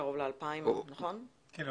אבל